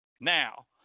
Now